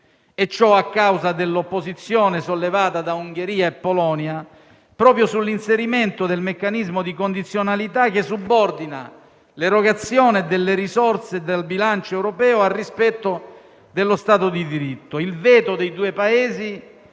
Ciò a causa dell'opposizione sollevata da Ungheria e Polonia proprio sull'inserimento del meccanismo di condizionalità che subordina l'erogazione delle risorse del bilancio europeo al rispetto dello Stato di diritto. Il veto dei due Paesi